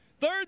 Third